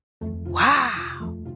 Wow